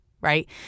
Right